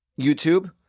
YouTube